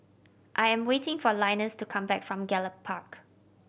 I am waiting for Linus to come back from Gallop Park